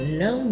no